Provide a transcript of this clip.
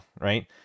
right